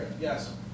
Yes